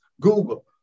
Google